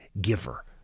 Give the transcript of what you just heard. giver